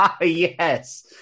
Yes